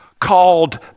called